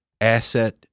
asset